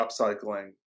upcycling